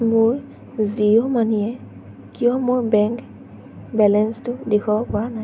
মোৰ জিঅ' মানিয়ে কিয় মোৰ বেংক বেলেঞ্চটো দেখুৱাব পৰা নাই